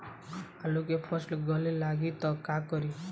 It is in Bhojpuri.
आलू के फ़सल गले लागी त का करी?